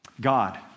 God